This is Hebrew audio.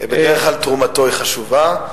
בדרך כלל תרומתו חשובה,